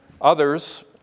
others